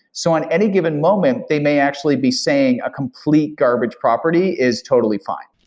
so on any given moment, they may actually be saying a complete garbage property is totally fine.